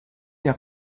der